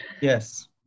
yes